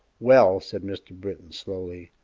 well, said mr. britton, slowly,